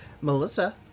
Melissa